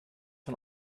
von